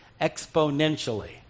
exponentially